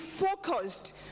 focused